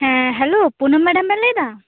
ᱦᱮᱸ hello Punam madam ᱵᱮᱱ ᱞᱟ ᱭᱮᱫᱟ